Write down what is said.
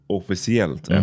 officiellt